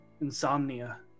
insomnia